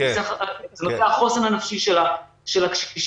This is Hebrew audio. נושא החוסן הנפשי של הקשישים.